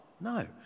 No